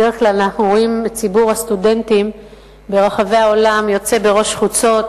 בדרך כלל אנחנו רואים את ציבור הסטודנטים ברחבי העולם יוצא בראש חוצות,